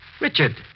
Richard